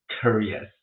curious